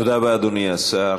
תודה רבה, אדוני השר.